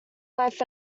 life